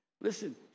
Listen